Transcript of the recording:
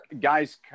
Guy's